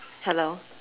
hello